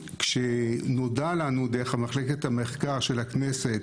כשנודע לנו דרך מחלקת המחקר של הכנסת,